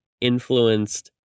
influenced